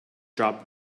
drop